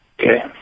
okay